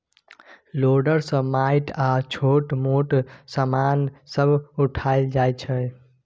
loader सँ माटि आ छोट मोट समान सब उठाएल जाइ छै